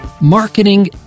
marketing